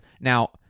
Now